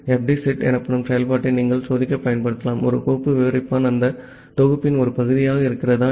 D செட் எனப்படும் செயல்பாட்டை நீங்கள் சோதிக்க பயன்படுத்தலாம் ஒரு கோப்பு விவரிப்பான் அந்த தொகுப்பின் ஒரு பகுதியாக இருக்கிறதா என்று